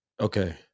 okay